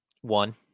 One